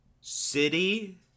City